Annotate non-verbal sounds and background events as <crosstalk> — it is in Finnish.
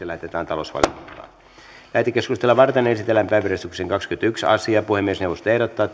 <unintelligible> lähetetään talousvaliokuntaan lähetekeskustelua varten esitellään päiväjärjestyksen kahdeskymmenesensimmäinen asia puhemiesneuvosto ehdottaa <unintelligible>